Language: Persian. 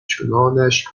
چنانش